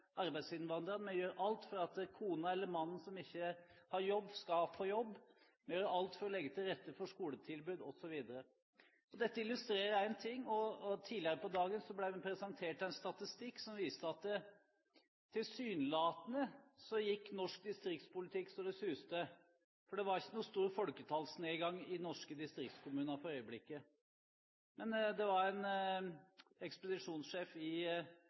arbeidsinnvandrerne. Vi gjør alt for at kona eller mannen som ikke har jobb, skal få jobb. Vi gjør alt for å legge til rette for skoletilbud osv. Dette illustrerer én ting. Tidligere på dagen ble vi presentert en statistikk som viste at tilsynelatende gikk norsk distriktspolitikk så det suste, for det var ikke noen stor folketallsnedgang i norske distriktskommuner for øyeblikket. Det var ekspedisjonssjef i